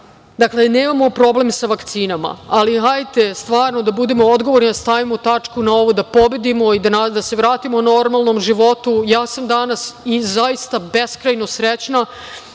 nemamo problem sa vakcinama, ali hajde stvarno da budemo odgovorni da stavimo tačku na ovo, da pobedimo i da se vratimo normalnom životu. Ja sam danas i zaista beskrajno srećna